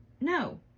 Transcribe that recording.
No